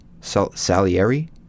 Salieri